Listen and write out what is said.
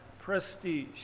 prestige